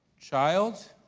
child,